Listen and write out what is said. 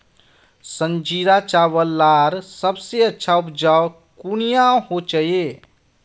संजीरा चावल लार सबसे अच्छा उपजाऊ कुनियाँ होचए?